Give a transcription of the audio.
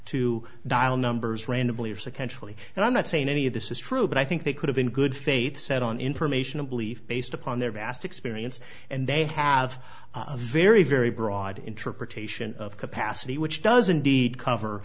to dial numbers randomly or sequentially and i'm not saying any of this is true but i think they could have in good faith set on information and belief based upon their vast experience and they have a very very broad interpretation of capacity which does indeed cover